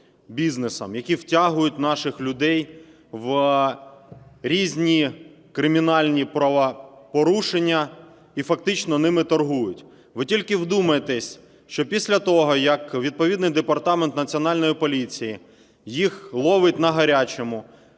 які втягують наших людей в різні кримінальні правопорушення, і фактично ними торгують. Ви тільки вдумайтесь, що після того, як відповідний департамент Національної поліції їх ловить "на гарячому",